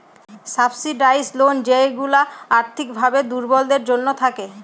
subsidised loan যেইগুলা আর্থিক ভাবে দুর্বলদের জন্য থাকে